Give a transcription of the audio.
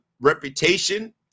reputation